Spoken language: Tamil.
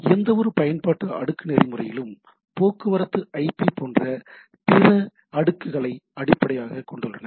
எந்தவொரு பயன்பாட்டு அடுக்கு நெறிமுறையிலும் போக்குவரத்து ஐபி போன்ற பிற அடுக்குகளை அடிப்படையாகக் கொண்டுள்ளன